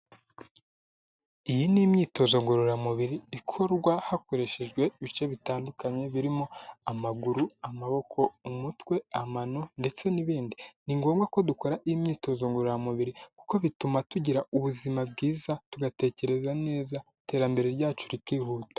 Iyi ni imyitozo ngororamubiri ikorwa hakoreshejwe ibice bitandukanye birimo; amaguru, amaboko, umutwe, amano ndetse n'ibindi. Ni ngombwa ko dukora imyitozo ngororamubiri kuko bituma tugira ubuzima bwiza, tugatekereza neza iterambere ryacu rikihuta.